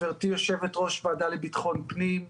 גברתי יושבת-ראש הוועדה לביטחון פנים.